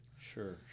Sure